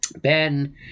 Ben